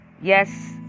Yes